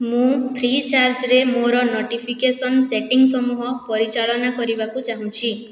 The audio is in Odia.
ମୁଁ ଫ୍ରି ଚାର୍ଜ୍ରେ ମୋର ନୋଟିଫିକେସନ୍ ସେଟିଂ ସମୂହ ପରିଚାଳନା କରିବାକୁ ଚାହୁଁଛି